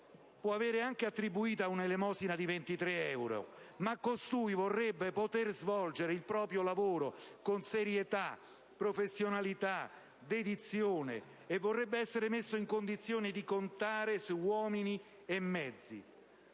può vedersi anche attribuita un'elemosina di 23 euro; ma costui vorrebbe poter svolgere il proprio lavoro con serietà, professionalità e dedizione e vorrebbe essere messo in condizioni di contare su uomini e mezzi.